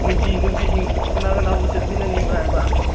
ꯅꯨꯄꯤ ꯅꯨꯄꯤꯁꯤꯡ ꯀꯅꯥ ꯀꯅꯥꯕꯨ ꯆꯠꯃꯤꯟꯅꯅꯤꯡꯕ꯭ꯔꯥ ꯍꯥꯏꯕ